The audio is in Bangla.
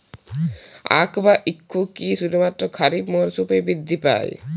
আখ বা ইক্ষু কি শুধুমাত্র খারিফ মরসুমেই বৃদ্ধি পায়?